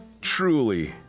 truly